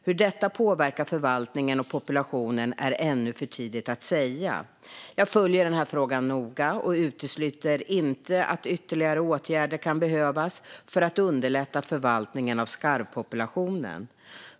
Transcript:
Hur detta påverkar förvaltningen och populationen är ännu för tidigt att säga. Jag följer den här frågan noga och utesluter inte att ytterligare åtgärder kan behövas för att underlätta förvaltningen av skarvpopulationen.